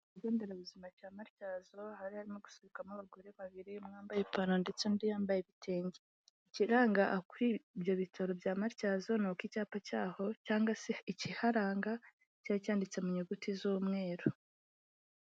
Ikigo nderabuzima cya Matyazo hari harimo gusohokamo abagore babiri umwe mwambaye ipantaro ndetse undi yambaye ibitenge, ikiranga kuri ibyo bitaro bya Matyazo ni uko icyapa cyaho cyangwa se ikiharanga cyari cyanditse mu nyuguti z'umweru.